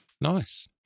Nice